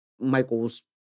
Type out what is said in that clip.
Michael's